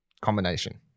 Combination